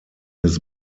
his